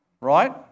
right